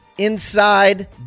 inside